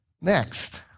Next